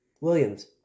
Williams